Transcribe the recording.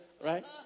right